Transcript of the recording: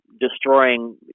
destroying